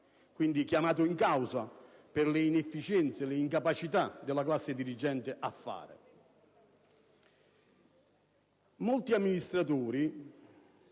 perché chiamato in causa per le inefficienze e l'incapacità della classe dirigente. Per molti amministratori